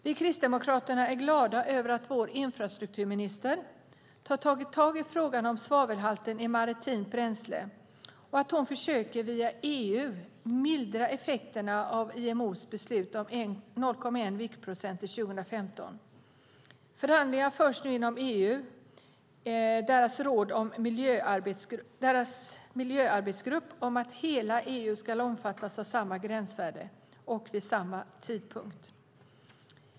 Vi i Kristdemokraterna är glada över att vår infrastrukturminister har tagit tag i frågan om svavelhalten i maritimt bränsle och att hon via EU försöker mildra effekterna av IMO:s beslut om 0,1 viktprocent till 2015. Förhandlingar förs nu inom EU:s miljöarbetsgrupp om att hela EU ska omfattas av samma gränsvärde vid samma tidpunkt.